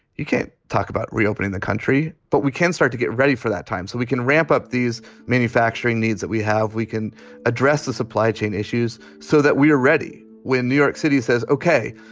you can't talk about reopening the country. but we can start to get ready for that time so we can ramp up these manufacturing needs that we have. we can address the supply chain issues so that we are ready. when new york city says, ok,